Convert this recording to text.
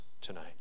tonight